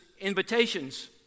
invitations